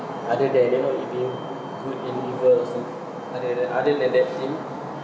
other than you know it being good and evils than other than other than that theme